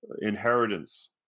inheritance